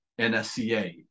NSCA